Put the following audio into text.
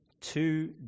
two